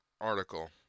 article